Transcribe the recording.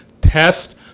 test